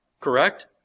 correct